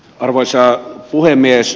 arvoisa puhemies